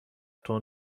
تند